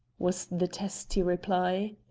was the testy reply.